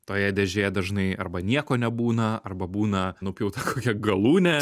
toje dėžėje dažnai arba nieko nebūna arba būna nupjauta kokia galūnė